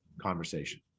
conversation